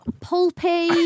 pulpy